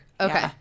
Okay